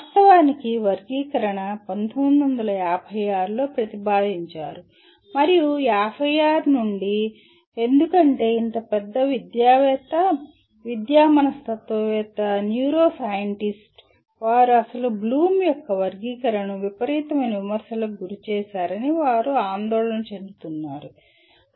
వాస్తవానికి వర్గీకరణను 1956 లో ప్రతిపాదించారు మరియు '56 నుండి ఎందుకంటే ఇంత పెద్ద విద్యావేత్త విద్యా మనస్తత్వవేత్త న్యూరో సైంటిస్ట్ వారు అసలు బ్లూమ్ యొక్క వర్గీకరణను విపరీతమైన విమర్శలకు గురి చేశారని వారు ఆందోళన చెందుతున్నారు